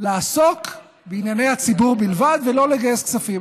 לעסוק בענייני הציבור בלבד ולא לגייס כספים.